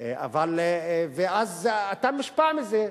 אז אתה מושפע מזה.